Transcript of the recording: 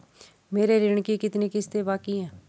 मेरे ऋण की कितनी किश्तें बाकी हैं?